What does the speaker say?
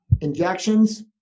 injections